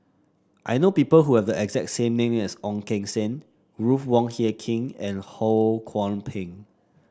I know people who have the exact name as Ong Keng Sen Ruth Wong Hie King and Ho Kwon Ping